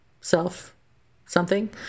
self-something